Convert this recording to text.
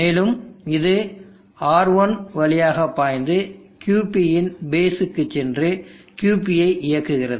மேலும் இது R1 வழியாகபாய்ந்து QP இன் பேஸ் க்கு சென்று QP ஐ இயக்குகிறது